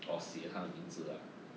or 写她的名字啊